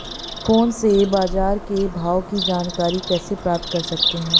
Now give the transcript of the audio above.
Phone से बाजार के भाव की जानकारी कैसे प्राप्त कर सकते हैं?